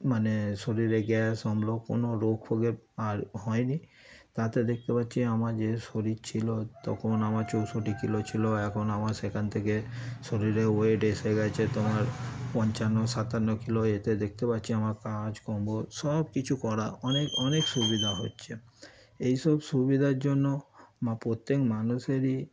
মানে শরীরে গ্যাস অম্ল কোনো রোগ ফোগের আর হয়নি তাতে দেখতে পাচ্ছি আমার যে শরীর ছিল তখন আমার চৌষট্টি কিলো ছিল এখন আমার সেখান থেকে শরীরে ওয়েট এসে গিয়েছে তোমার পঞ্চান্ন সাতান্ন কিলো এতে দেখতে পাচ্ছি আমার কাজকম্মো সব কিছু করা অনেক অনেক সুবিধা হচ্ছে এইসব সুবিধার জন্য মা প্রত্যেক মানুষেরই